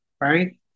right